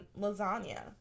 lasagna